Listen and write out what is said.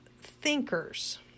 thinkers